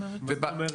מה זאת אומרת?